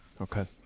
okay